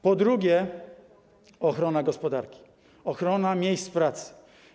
Po drugie, ochrona gospodarki, ochrona miejsc pracy.